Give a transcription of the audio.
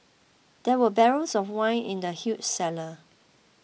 there were barrels of wine in the huge cellar